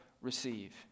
receive